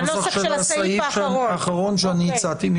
על הנוסח של הסעיף האחרון שהצעתי.